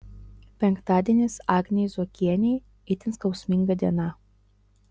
penktadienis agnei zuokienei itin skausminga diena